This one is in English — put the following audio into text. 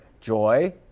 joy